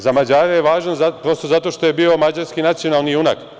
Za Mađare je važan zato što je bio mađarski nacionalni junak.